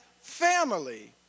family